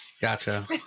Gotcha